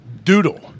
doodle